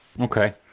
Okay